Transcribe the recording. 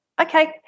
okay